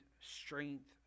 strength